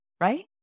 Right